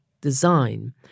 design